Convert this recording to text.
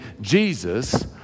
Jesus